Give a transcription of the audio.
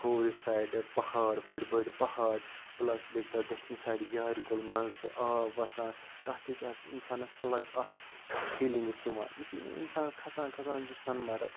کھوٚورِ سایڈٕ پہاڑ بٔڑۍ بٔڑۍ پہاڑ پٕلَس بیٚیہِ چھِ تَتھ دٔچھنہِ سایڈٕ یارِ کُل منٛزٕ چھِ آب وَسان تَتھ تہِ چھِ آس اِنسانَس اَلگ اَکھ فیٖلِنٛگٕس یِوان یُتھُے وۄنۍ اِنسان کھسان کھسان چھُ سۄنمرٕگ